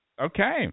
Okay